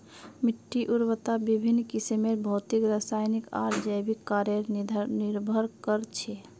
मिट्टीर उर्वरता विभिन्न किस्मेर भौतिक रासायनिक आर जैविक कारकेर पर निर्भर कर छे